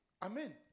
Amen